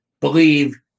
believe